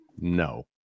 No